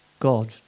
God